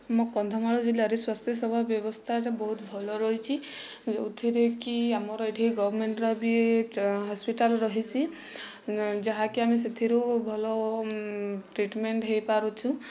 ମୋ କନ୍ଧମାଳ ଜିଲ୍ଲାରେ ସ୍ୱାସ୍ଥ୍ୟ ସେବା ବ୍ୟବସ୍ଥା ଏକା ବହୁତ ଭଲ ରହିଛି ଯେଉଁଥିରେ କି ଆମର ଏଠି ଗଭମେଣ୍ଟର ବି ହସ୍ପିଟାଲ ରହିଛି ଯାହାକି ଆମେ ସେଥିରୁ ଭଲ ଟ୍ରିଟ୍ମେଣ୍ଟ ହୋଇପାରୁଛୁ